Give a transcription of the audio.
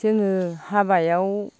जोङो हाबायाव